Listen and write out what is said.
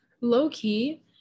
low-key